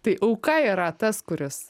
tai auka yra tas kuris